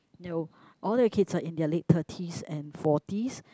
no all their kids are in their late thirties and forties